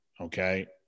Okay